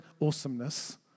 awesomeness